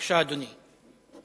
בבקשה, אדוני.